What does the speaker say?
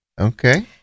Okay